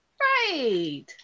Right